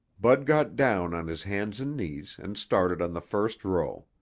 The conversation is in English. bud got down on his hands and knees and started on the first row.